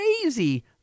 crazy